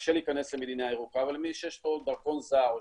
קשה להיכנס למדינה ירוקה אבל למי שיש דרכון זר או